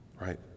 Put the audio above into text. right